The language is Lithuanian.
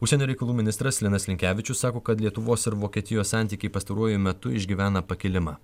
užsienio reikalų ministras linas linkevičius sako kad lietuvos ir vokietijos santykiai pastaruoju metu išgyvena pakilimą